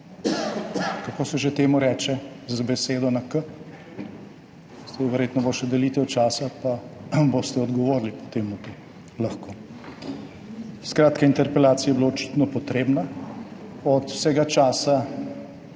Kako se že temu reče z besedo na k? Saj verjetno bo še delitev časa pa boste lahko odgovorili potem na to. Skratka, interpelacija je bila očitno potrebna, od vsega časa